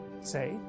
say